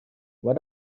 why